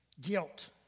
Guilt